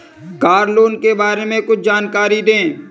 Car loan के बारे में कुछ जानकारी दें?